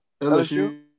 LSU